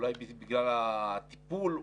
אולי בגלל הטיפול,